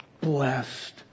blessed